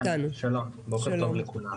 בוקר טוב לכולם.